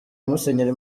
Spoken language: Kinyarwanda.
musenyeri